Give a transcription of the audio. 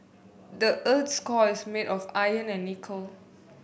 the earth's core is made of iron and nickel